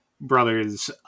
brother's